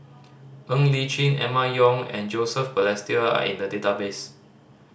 Ng Li Chin Emma Yong and Joseph Balestier are in the database